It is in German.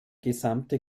gesamte